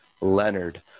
Leonard